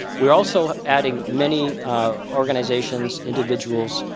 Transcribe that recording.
we are also adding many organizations, individuals,